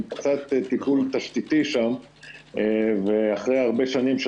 עם קצת תיקון תשתיתי שם ואחרי הרבה שנים של